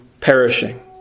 perishing